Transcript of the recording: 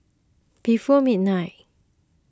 before midnight